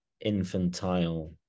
infantile